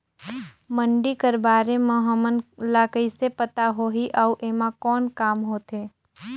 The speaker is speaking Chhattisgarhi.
मंडी कर बारे म हमन ला कइसे पता होही अउ एमा कौन काम होथे?